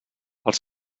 els